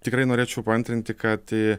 tikrai norėčiau paantrinti kad